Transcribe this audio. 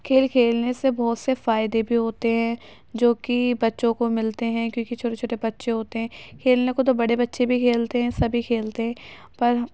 کھیل کھیلنے سے بہت سے فائدے بھی ہوتے ہیں جو کہ بچّوں کو ملتے ہیں کیونکہ چھوٹے چھوٹے بچّے ہوتے ہیں کھیلنے کو تو بڑے بّچے بھی کھیلتے ہیں سبھی کھیلتے ہیں پر